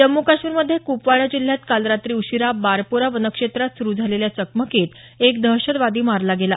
जम्मू कश्मीरमध्ये कुपवाडा जिल्ह्यात काल रात्री उशिरा बारपोरा वनक्षेत्रात सुरु झालेल्या चकमकीत एक दहशतवादी मारला गेला